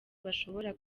bashobora